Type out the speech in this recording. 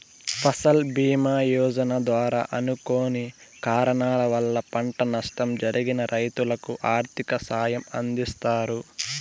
ఫసల్ భీమ యోజన ద్వారా అనుకోని కారణాల వల్ల పంట నష్టం జరిగిన రైతులకు ఆర్థిక సాయం అందిస్తారు